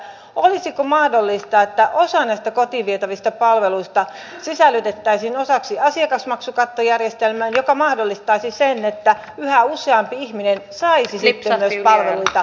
olisiko mahdollista että osa näistä kotiin vietävistä palveluista sisällytettäisiin osaksi asiakasmaksukattojärjestelmää joka mahdollistaisi sen että yhä useampi ihminen saisi sitten myös palveluita kotiinsa